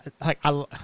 like—I